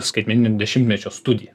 skaitmeninio dešimtmečio studiją